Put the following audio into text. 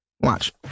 Watch